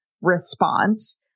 response